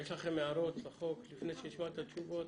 יש לכם הערות לחוק, לפני שנשמע את התשובות?